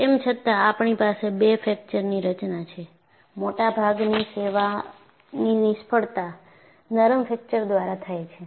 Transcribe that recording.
તેમ છતાં આપણી પાસે બે ફ્રેક્ચરની રચના છે મોટાભાગની સેવાની નિષ્ફળતા નરમ ફ્રેક્ચર દ્વારા થાય છે